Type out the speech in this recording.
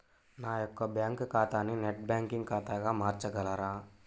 నా యొక్క బ్యాంకు ఖాతాని నెట్ బ్యాంకింగ్ ఖాతాగా మార్చగలరా?